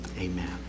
Amen